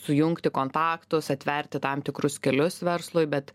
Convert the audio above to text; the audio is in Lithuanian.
sujungti kontaktus atverti tam tikrus kelius verslui bet